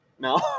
No